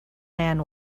man